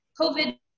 COVID